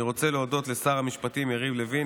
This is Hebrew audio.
אני רוצה להודות לשר המשפטים יריב לוין